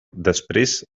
després